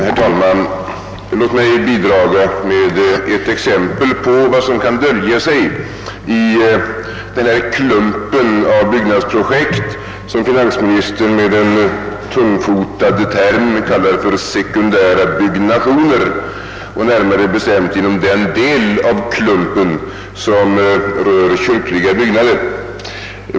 Herr talman! Låt mig bidraga med ett exempel på vad som kan dölja sig i den klump av byggnadsprojekt som finansministern med en tungfotad term kallar sekundära byggnationer, närmare bestämt inom den del av klumpen som gäller kyrkliga byggnader.